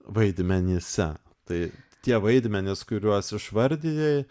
vaidmenyse tai tie vaidmenys kuriuos išvardijai